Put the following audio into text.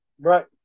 right